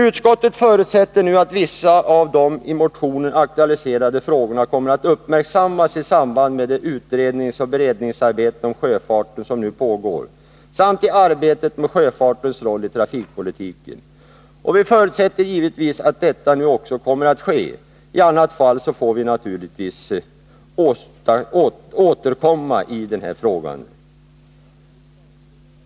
Utskottet förutsätter nu att vissa av de i motionen aktualiserade frågorna kommer att uppmärksammas i samband med det utredningsoch beredningsarbete om kustsjöfarten som pågår samt i arbetet med sjöfartens roll i trafikpolitiken. Även vi motionärer förutsätter att så kommer att ske. I annat fall får vi återkomma i frågan.